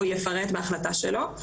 הוא יפרט את זה בהחלטה שלו.